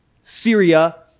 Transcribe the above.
Syria